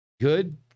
good